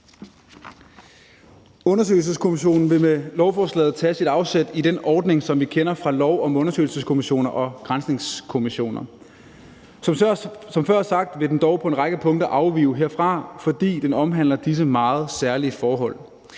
Undersøgelseskommissionen vil med lovforslaget tage sit afsæt i den ordning, som vi kender fra lov om undersøgelseskommissioner og granskningskommissioner. Som før sagt vil den dog på en række punkter afvige herfra, fordi den omhandler disse meget særlige forhold.